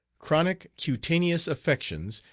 chronic cutaneous affections,